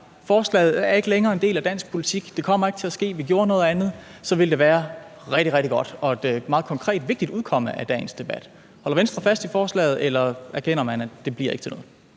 forslaget ikke længere en del af dansk politik, at det ikke kommer til at ske, og at vi gjorde noget andet, ville det være rigtig, rigtig godt og et meget konkret og vigtigt udkomme af dagens debat. Holder Venstre fast i forslaget, eller erkender man, at det ikke bliver til noget?